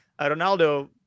Ronaldo